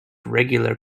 regular